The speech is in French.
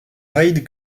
raid